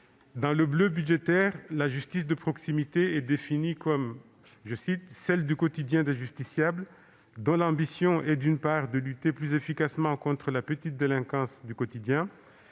Dans le bleu budgétaire, la justice de proximité est définie comme « celle du quotidien des justiciables, dont l'ambition est, d'une part, de lutter plus efficacement contre la petite délinquance du quotidien,